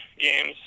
games